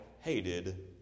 hated